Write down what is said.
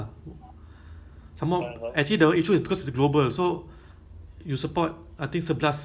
so all the weird timezone means like if something happen like you know the job fail right